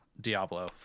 Diablo